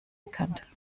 bekannt